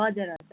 हजुर हजुर